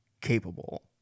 capable